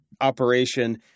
operation